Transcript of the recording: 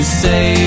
say